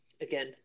again